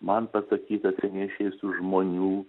man pasakytas ir neišėjusių žmonių